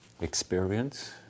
experience